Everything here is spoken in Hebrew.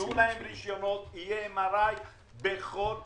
תנו להם רישיונות, יהיה MRI בכל עיר.